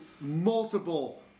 multiple